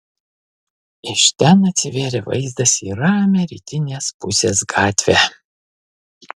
iš ten atsivėrė vaizdas į ramią rytinės pusės gatvę